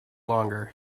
longer